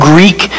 Greek